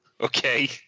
Okay